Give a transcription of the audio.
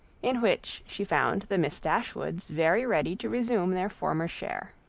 in which she found the miss dashwoods very ready to resume their former share.